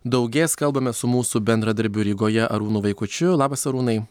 daugės kalbame su mūsų bendradarbiu rygoje arūnu vaikučiu labas arūnai